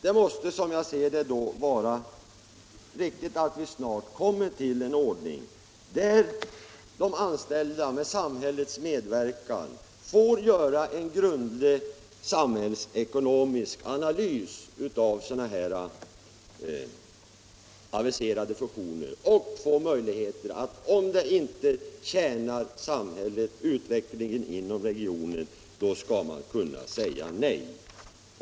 Det måste då givetvis vara det enda riktiga att vi snart kommer till en ordning där de anställda med samhällets medverkan får göra en grundlig samhällsekonomisk analys av sådana här aviserade fusioner. Om de inte tjänar samhället och utvecklingen inom regionen skall man kunna säga nej.